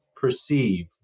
perceive